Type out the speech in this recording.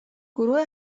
گروه